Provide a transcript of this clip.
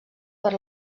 per